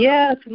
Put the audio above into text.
Yes